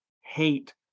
hate